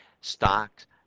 stocks